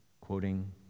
quoting